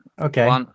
Okay